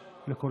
תודה רבה לכם.